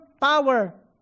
power